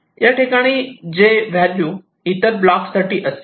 याठिकाणी 'j' value इतर block साठी असेल